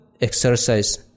Exercise